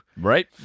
Right